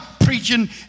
preaching